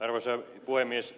arvoisa puhemies